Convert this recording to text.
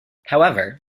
however